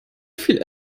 viel